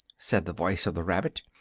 said the voice of the rabbit,